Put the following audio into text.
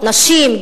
נשים,